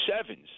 sevens